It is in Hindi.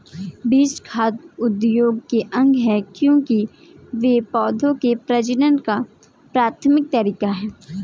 बीज खाद्य उद्योग के अंग है, क्योंकि वे पौधों के प्रजनन का प्राथमिक तरीका है